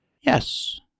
Yes